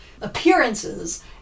appearances